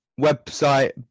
website